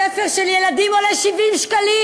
ספר ילדים עולה 70 שקלים,